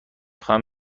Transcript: خواهم